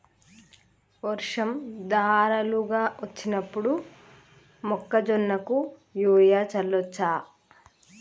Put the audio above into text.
వర్షం ధారలుగా వచ్చినప్పుడు మొక్కజొన్న కు యూరియా చల్లచ్చా?